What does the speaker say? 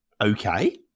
okay